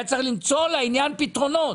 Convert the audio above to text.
היה צריך למצוא לעניין פתרונות,